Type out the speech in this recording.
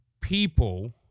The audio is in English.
people